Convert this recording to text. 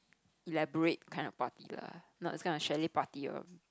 elaborate kind of party lah not this kind of chalet party um